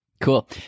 Cool